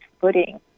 footing